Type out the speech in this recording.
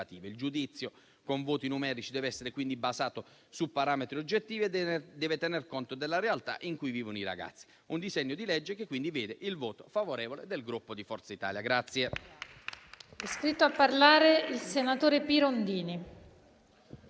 Il giudizio con voti numerici deve essere quindi basato su parametri oggettivi e deve tener conto della realtà in cui vivono i ragazzi. Per tali motivi, preannuncio il voto favorevole del Gruppo Forza Italia.